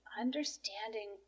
understanding